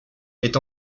est